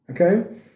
Okay